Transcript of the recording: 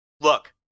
look